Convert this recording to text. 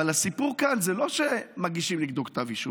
אבל הסיפור כאן זה לא שמגישים נגדו כתב אישום